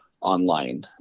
online